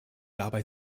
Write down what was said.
dabei